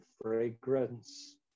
fragrance